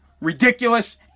ridiculous